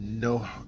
No